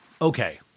Okay